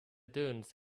dunes